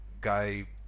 guy